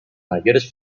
mayores